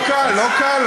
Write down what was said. אתה יכול לקרוא לי,